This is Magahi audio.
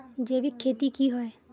जैविक खेती की होय?